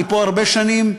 אני פה הרבה שנים,